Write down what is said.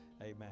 Amen